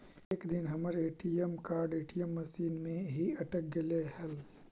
एक दिन हमर ए.टी.एम कार्ड ए.टी.एम मशीन में ही अटक गेले हल